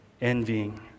envying